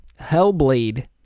Hellblade